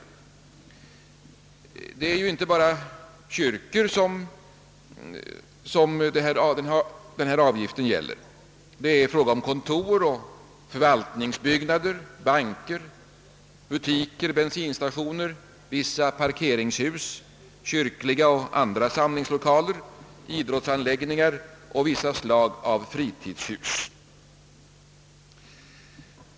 Avgiften gäller ju inte bara kyrkor, utan det är också fråga om kontorsoch förvaltningsbyggnader, banker, butiker, bensinstationer, vissa parkeringshus, kyrkliga och andra samlingslokaler, idrottsanläggningar och vissa slag av fritidshus.